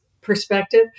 perspective